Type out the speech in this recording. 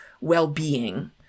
well-being